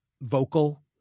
vocal